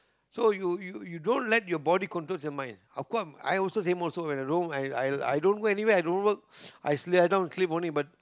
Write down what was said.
so you you you don't let your body controls your mind how come I also them also alone I I i don't go anywhere i don't work I sleep I every time sleep only but